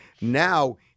Now